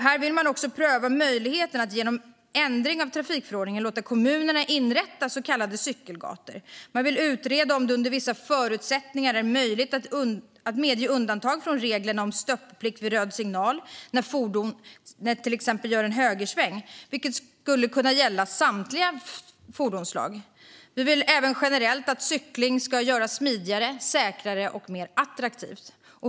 Här vill man också pröva möjligheten att genom en ändring i trafikförordningen låta kommunerna inrätta så kallade cykelgator. Man vill utreda om det under vissa förutsättningar är möjligt att medge undantag från reglerna om stopplikt vid röd signal när fordonet till exempel gör en högersväng. Det skulle kunna gälla samtliga fordonsslag. Vi vill generellt att cykling ska göras smidigare, säkrare och mer attraktivt.